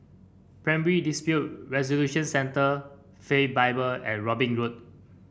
Primary Dispute Resolution Centre Faith Bible and Robin Road